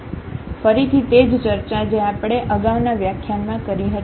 ફરીથી તે જ ચર્ચા જે આપણે આગાઉના વ્યાખ્યાન માં કરી હતી